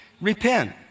Repent